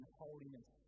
holiness